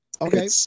okay